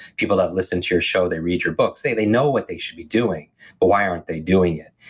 people that listen to your show, they read your books, they they know what they should be doing, but why aren't they doing it?